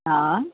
हा